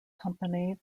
company